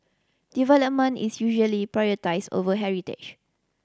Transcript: development is usually prioritised over heritage